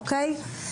אוקיי?